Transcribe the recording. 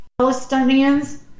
Palestinians